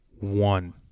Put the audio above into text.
one